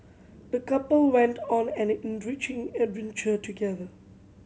the couple went on an enriching adventure together